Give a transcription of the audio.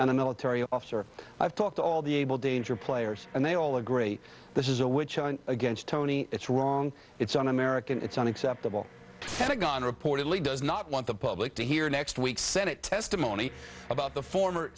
a military officer i've talked to all the able danger players and they all agree this is a witch hunt against tony it's wrong it's un american it's unacceptable pentagon reportedly does not want the public to hear next week senate testimony about the former